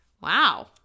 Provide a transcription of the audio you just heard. Wow